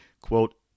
quote